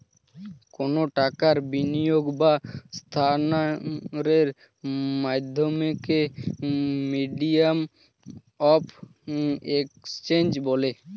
কোনো টাকার বিনিয়োগ বা স্থানান্তরের মাধ্যমকে মিডিয়াম অফ এক্সচেঞ্জ বলে